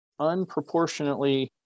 unproportionately